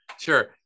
Sure